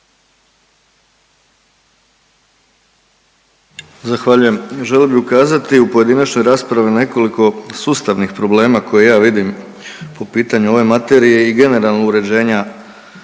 Zahvaljujem. Želio bi ukazati u pojedinačnoj raspravi na nekoliko sustavnih problema koje ja vidim po pitanju ove materije i generalno uređenja